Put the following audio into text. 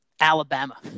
Alabama